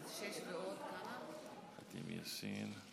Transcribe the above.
שישה ועוד שמונה, 14 בעד.